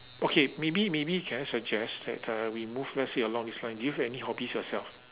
okay maybe maybe can I suggest that uh we move let's say along this line do you have any hobbies yourself